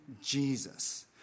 Jesus